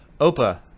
Opa